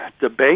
debate